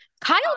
Kyle